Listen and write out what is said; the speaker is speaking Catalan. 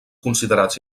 considerats